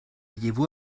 llevó